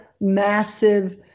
massive